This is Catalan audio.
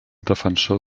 defensor